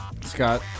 Scott